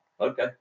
Okay